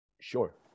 Sure